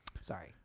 sorry